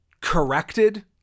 corrected